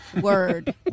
word